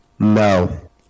No